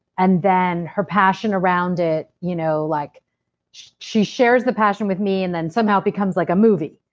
and then her passion around it. you know like she shares the passion with me, and then somehow it becomes like a movie.